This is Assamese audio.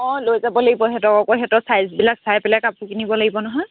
অঁ লৈ যাব লাগিব সিহঁতক আকৌ সিহঁতৰ চাইজবিলাক চাই পেলাই কাপোৰ কিনিব লাগিব নহয়